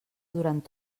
durant